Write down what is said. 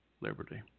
liberty